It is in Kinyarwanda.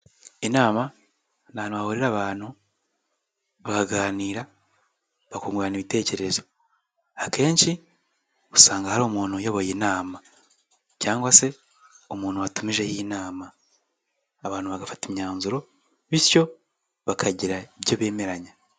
Inama ni ahantu hahurira abantu, bakaganira, bakungurana ibitekerezo, akenshi usanga hari umuntu uyoboye inama cyangwa se umuntu watumije iyi nama, abantu bagafata imyanzuro, bityo bakagira ibyo bemeranya.